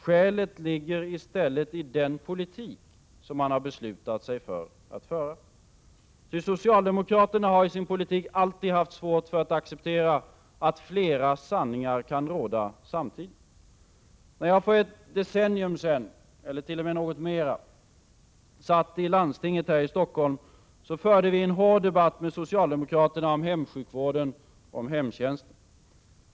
Skälet ligger i stället i den politik som man har beslutat föra. Ty socialdemokraterna har i sin politik alltid haft svårt att acceptera att flera sanningar kan råda samtidigt. När jag för mer än ett decennium sedan satt i landstinget här i Stockholm, förde vi en hård debatt med socialdemokraterna om hemsjukvården och hemtjänsten.